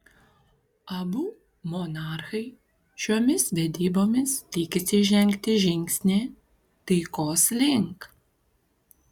abu monarchai šiomis vedybomis tikisi žengti žingsnį taikos link